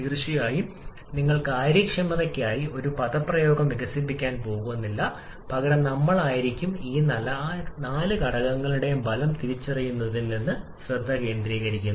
തീർച്ചയായും നിങ്ങൾ കാര്യക്ഷമതയ്ക്കായി ഒരു പദപ്രയോഗം വികസിപ്പിക്കാൻ പോകുന്നില്ല പകരം നമ്മൾ ആയിരിക്കും ഈ നാല് ഘടകങ്ങളുടെയും ഫലം തിരിച്ചറിയുന്നതിൽ ശ്രദ്ധ കേന്ദ്രീകരിക്കുന്നു